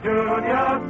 Junior